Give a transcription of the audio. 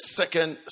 second